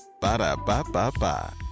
Ba-da-ba-ba-ba